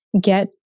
get